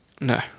No